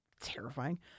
Terrifying